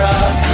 up